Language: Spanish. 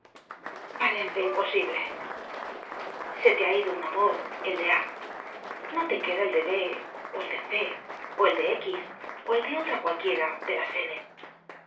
parece imposible se te ha ido un amor el de a no te queda el de b o el de c o el de x o el de otra cualquiera de las n